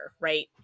Right